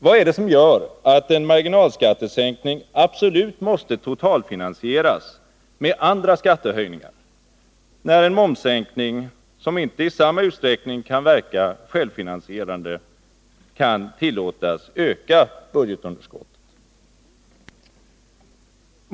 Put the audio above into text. Vad är det som gör att en marginalskattesänkning absolut måste totalfinansieras med andra skattehöjningar, när en momssänkning, som inte i samma utsträckning kan verka självfinansierande, kan tillåtas öka budgetunderskottet?